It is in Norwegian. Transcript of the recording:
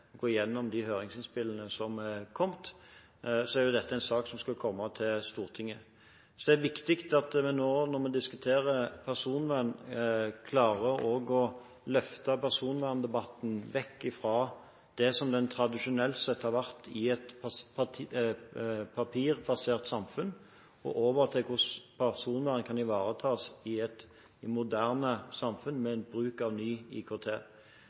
gå igjennom de høringsinnspillene som er kommet, og så er dette en sak som skal komme til Stortinget. Det er viktig at vi nå, når vi diskuterer personvern, også klarer å løfte personverndebatten vekk fra det den tradisjonelt sett har vært i et papirbasert samfunn, og over til hvordan personvernet kan ivaretas i et moderne samfunn med bruk av ny IKT.